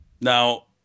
Now